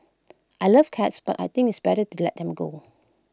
I love cats but I think it's better to let them go